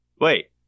Wait